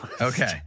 Okay